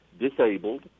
Disabled